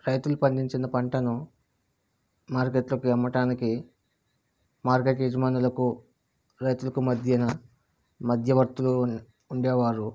రైతుల పండించిన పంటను మార్కెట్లోకి అమ్మడానికి మార్కెట్ యాజమానులకు రైతులకు మధ్యన మధ్యవర్తులు ఉన్ ఉండేవారు